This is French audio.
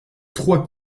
trois